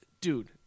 dude